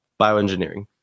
Bioengineering